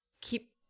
keep